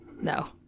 No